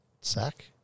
Sack